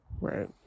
Right